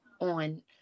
on